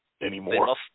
anymore